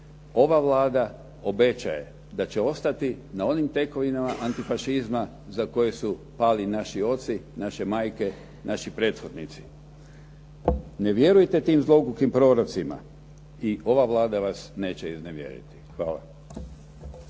Ova Vlada obećaje da će ostati na onim tekovinama antifašizma za koje su pali naši oci, naše majke, naši prethodnici. Ne vjerujte tih zlogluhim prorocima i ova Vlada vas neće iznevjeriti. Hvala.